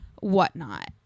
whatnot